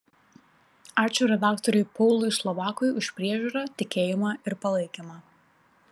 ačiū redaktoriui paului slovakui už priežiūrą tikėjimą ir palaikymą